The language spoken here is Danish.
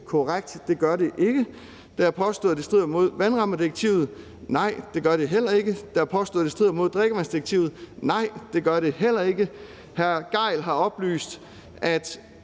korrekt; det gør det ikke. Det er påstået, at det strider mod vandrammedirektivet. Nej, det gør det heller ikke. Det er påstået, at det strider mod drikkevandsdirektivet. Nej, det gør det heller ikke. Hr. Torsten Gejl har oplyst i